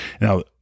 Now